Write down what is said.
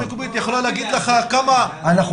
רשות מקומית יכולה להגיד לך כמה מסגרות.